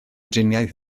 driniaeth